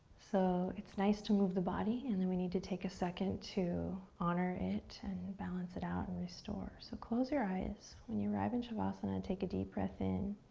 so it's nice to move the body, and then we need to take a second to honor it, and balance it out, and restore. so close your eyes when you arrive in shavasana. take a deep breath in,